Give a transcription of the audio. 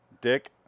Dick